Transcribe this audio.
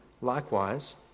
Likewise